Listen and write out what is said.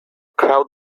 crowd